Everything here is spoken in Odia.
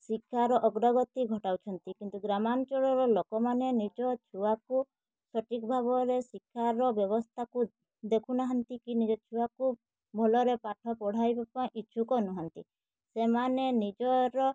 ଶିକ୍ଷାର ଅଗ୍ରଗତି ଘଟାଉଛନ୍ତି କିନ୍ତୁ ଗ୍ରାମାଞ୍ଚଳର ଲୋକମାନେ ନିଜ ଛୁଆକୁ ସଠିକ ଭାବରେ ଶିକ୍ଷାର ବ୍ୟବସ୍ଥାକୁ ଦେଖୁନାହାଁନ୍ତି କି ନିଜ ଛୁଆକୁ ଭଲରେ ପାଠ ପଢ଼ାଇବା ପାଇଁ ଇଛୁକ ନୁହଁନ୍ତି ସେମାନେ ନିଜର